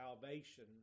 salvation